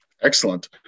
Excellent